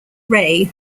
ray